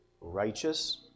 righteous